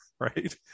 right